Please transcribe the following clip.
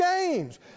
games